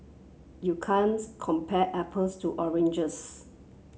you can't compare apples to oranges